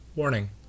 Warning